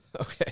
Okay